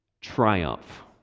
Triumph